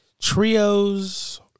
trios